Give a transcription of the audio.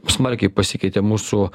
smarkiai pasikeitė mūsų